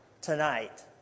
tonight